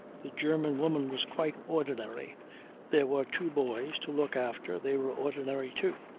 the german woman was quite ordinary there were two boys to look after they were ordinary, too,